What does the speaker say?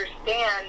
understand